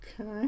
Okay